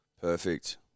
Perfect